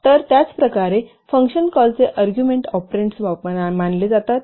तर त्याचप्रकारे फंक्शन कॉलचे अर्ग्युमेण्ट ऑपरेंड्स मानले जातात